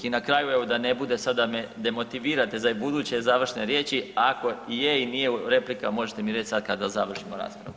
I na kraju evo da ne bude sada da me demotivirate za buduće završne riječi, ako i je i nije replika možete mi reći sad kada završimo raspravu.